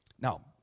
Now